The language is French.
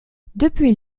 depuis